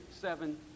seven